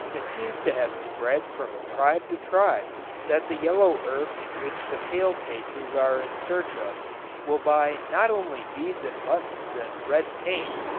it seems to have spread from tribe to tribe that the yellow earth which the pale faces are in search of will buy not only beads and buttons and red paint,